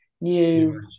new